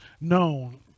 known